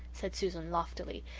said susan loftily.